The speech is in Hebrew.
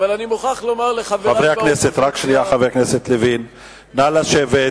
חברי הכנסת, נא לשבת.